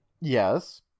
Yes